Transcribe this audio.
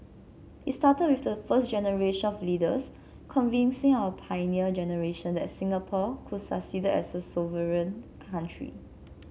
it started with the first generation of leaders convincing our Pioneer Generation that Singapore could succeed as a sovereign country